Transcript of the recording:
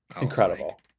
Incredible